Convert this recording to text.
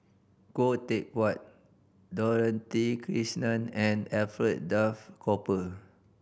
Khoo Teck Puat Dorothy Krishnan and Alfred Duff Cooper